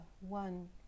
one